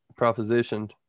propositioned